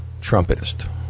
trumpetist